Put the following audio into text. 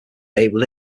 labeled